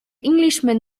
englishman